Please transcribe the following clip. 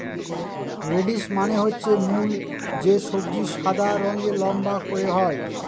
radish মানে হচ্ছে মূল যে সবজি সাদা রঙের লম্বা করে হয়